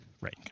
Right